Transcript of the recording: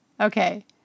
Okay